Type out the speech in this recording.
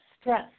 stress